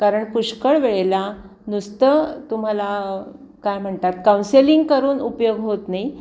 कारण पुष्कळ वेळेला नुसतं तुम्हाला काय म्हणतात काउन्सेलिंग करून उपयोग होत नाही